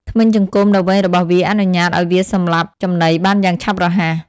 ធ្មេញចង្កូមដ៏វែងរបស់វាអនុញ្ញាតឲ្យវាសម្លាប់ចំណីបានយ៉ាងឆាប់រហ័ស។